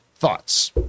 thoughts